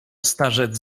starzec